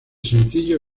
sencillo